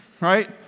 right